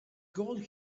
gold